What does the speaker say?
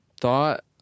thought